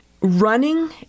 running